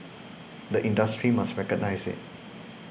the industry must recognise it